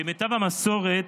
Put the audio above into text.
כמיטב המסורת